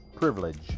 privilege